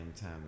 time